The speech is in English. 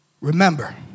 Remember